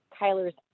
Kyler's